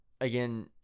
again